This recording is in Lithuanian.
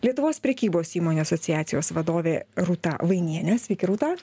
lietuvos prekybos įmonių asociacijos vadovė rūta vainienė sveiki rūta